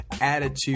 attitude